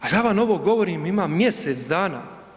Ali ja vam ovo govorim, ima mjesec dana.